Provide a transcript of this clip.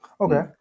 Okay